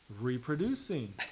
reproducing